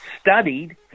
studied